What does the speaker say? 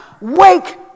Wake